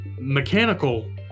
mechanical